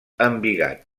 embigat